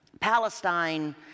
Palestine